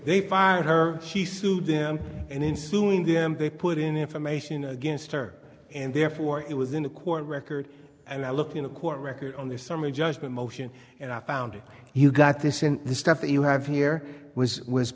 they fired her she sued them and in suing them they put in information against her and therefore it was in a court record and i look in the court record on the summary judgment motion and i found it you got this in the stuff that you have here was was